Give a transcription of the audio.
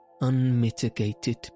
unmitigated